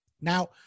Now